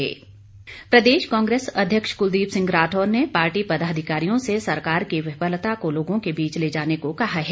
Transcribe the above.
राठौर प्रदेश कांग्रेस अध्यक्ष क्लदीप सिंह राठौर ने पार्टी पदाधिकारियों से सरकार की विफलता को लोगों के बीच ले जाने को कहा है